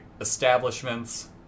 establishments